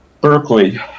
Berkeley